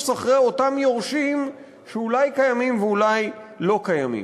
של אותם יורשים שאולי קיימים ואולי לא קיימים.